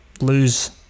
lose